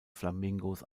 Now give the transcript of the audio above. flamingos